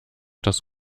das